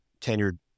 tenured